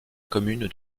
commune